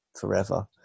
forever